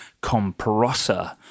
compressor